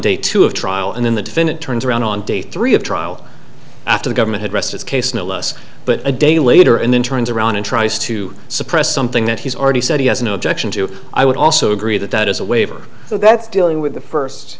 day two of trial in the defendant turns around on day three of trial after the government had rest its case no less but a day later and then turns around and tries to suppress something that he's already said he has no objection to i would also gree that that is a waiver so that's dealing with the first